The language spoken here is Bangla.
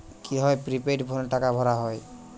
কি ভাবে প্রিপেইড ফোনে টাকা ভরা হয়?